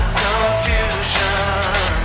Confusion